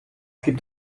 gibt